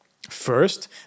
First